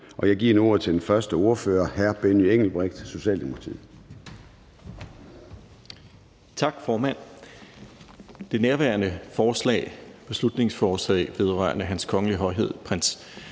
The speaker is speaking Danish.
jeg giver nu ordet til den første ordfører, hr. Benny Engelbrecht, Socialdemokratiet.